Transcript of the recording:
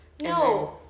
No